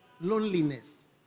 Loneliness